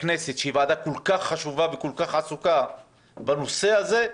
הכנסת שהיא ועדה כל כך חשובה וכל כך עסוקה בנושא הזה,